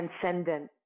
transcendent